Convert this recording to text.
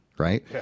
right